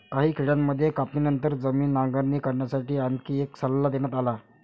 काही खेड्यांमध्ये कापणीनंतर जमीन नांगरणी करण्यासाठी आणखी एक सल्ला देण्यात आला